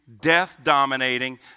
death-dominating